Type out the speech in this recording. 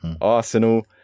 Arsenal